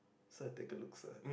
sir take a look sir